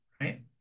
right